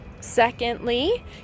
Secondly